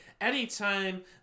anytime